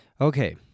Okay